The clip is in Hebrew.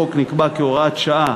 החוק נקבע כהוראת שעה